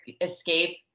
escape